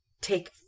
take